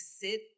sit